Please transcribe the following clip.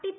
T P